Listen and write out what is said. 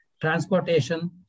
transportation